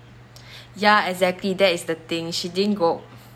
ya exactly that is the thing she didn't go